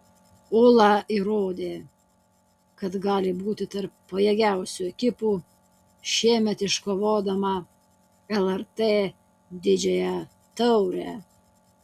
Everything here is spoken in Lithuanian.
ūla įrodė kad gali būti tarp pajėgiausių ekipų šiemet iškovodama lrt didžiąją taurę